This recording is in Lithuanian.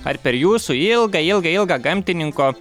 ar per jūsų ilgą ilgą ilgą gamtininko